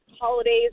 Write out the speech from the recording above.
holidays